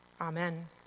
Amen